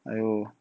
!aiyo!